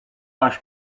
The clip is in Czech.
váš